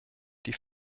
die